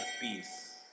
peace